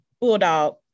Bulldog